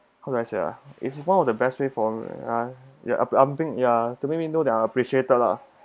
how do I say it ah is one of the best way for ya ya I'm being ya to make me know that I'm appreciated lah